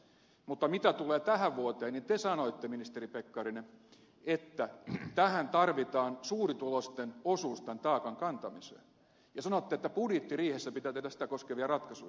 mutta mitä tulee tähän vuoteen niin te sanoitte ministeri pekkarinen että tähän tarvitaan suurituloisten osuus tämän taakan kantamiseen ja sanoitte että budjettiriihessä pitää tehdä sitä koskevia ratkaisuja